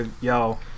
y'all